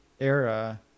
era